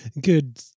good